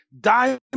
Diamond